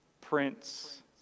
Prince